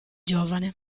giovane